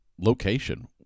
location